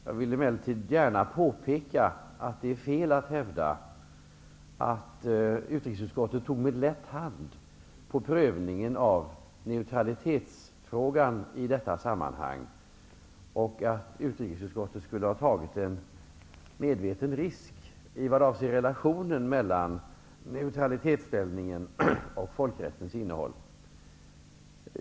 Jag vill emellertid gärna påpeka att det är fel att hävda att utrikesutskottet tog lätt på prövningen av neutralitetsfrågan i detta sammanhang och att utrikesutskottet medvetet skulle ha tagit en risk vad avser relationen mellan neutralitetsställningen och folkrättens innehåll.